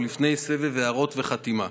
לפני סבב הערות וחתימה.